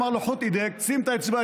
אמר לו: (אומר בערבית ומתרגם:) שים את האצבע,